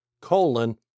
colon